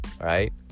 right